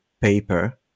paper